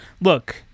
Look